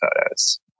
photos